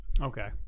Okay